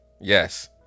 Yes